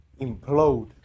implode